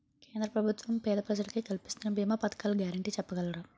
కేంద్ర ప్రభుత్వం పేద ప్రజలకై కలిపిస్తున్న భీమా పథకాల గ్యారంటీ చెప్పగలరా?